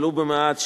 ולו במעט,